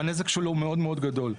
והנזק שלו הוא מאוד מאוד גדול.